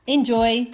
Enjoy